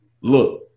look